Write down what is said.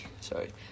sorry